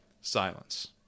Silence